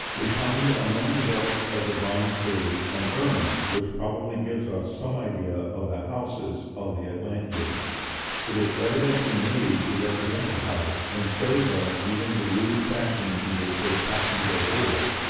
we find among the relics of the bronze age an urn, which probably gives us some idea of the houses of the atlanteans it is evidently made to represent a house, and shows us even the rude fashion in which they fastened their doors.